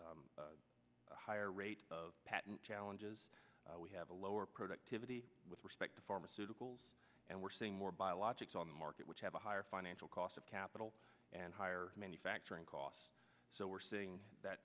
have a higher rate of patent challenges we have a lower productivity with respect to pharmaceuticals and we're seeing more biologics on the market which have a higher financial cost of capital and higher manufacturing costs so we're seeing that